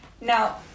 Now